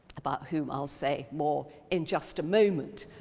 about who i'll say more in just a moment.